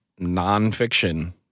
nonfiction